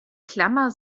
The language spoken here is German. klammer